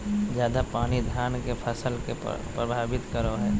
ज्यादा पानी धान के फसल के परभावित करो है?